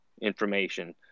information